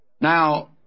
Now